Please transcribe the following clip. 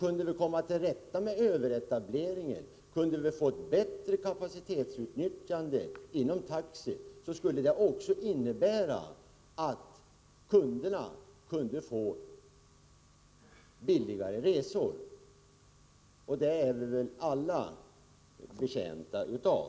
Kunde vi komma till rätta med överetableringen och få till stånd ett bättre kapacitetsutnyttjande inom taxi skulle det också innebära att kunderna kunde få billigare resor. Det är vi väl alla betjänta av.